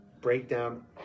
breakdown